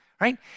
right